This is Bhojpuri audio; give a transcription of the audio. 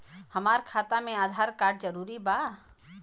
हमार खाता में आधार कार्ड जरूरी बा?